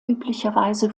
üblicherweise